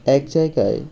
এক জায়গায়